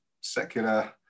secular